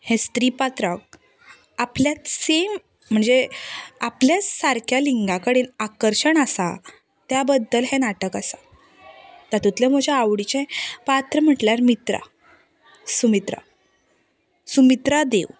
हें स्त्री पात्राक आपलें सेम म्हणजें आपल्याच सारक्या लिंगा कडेन आकर्शण आसा त्या बद्दल हें नाटक आसा तातूंत म्हज्या आवडीचें पात्र म्हणल्यार मित्र समित्र समित्रा देव